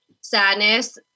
sadness